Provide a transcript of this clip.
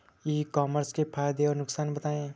ई commerce के फायदे और नुकसान बताएँ?